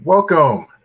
Welcome